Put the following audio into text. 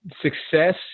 success